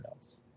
else